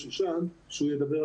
שלום.